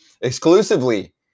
Exclusively